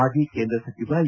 ಮಾಜಿ ಕೇಂದ್ರ ಸಚಿವ ಎ